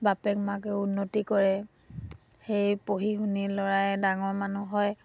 বাপেক মাকেও উন্নতি কৰে সেই পঢ়ি শুনি ল'ৰাই ডাঙৰ মানুহ হয়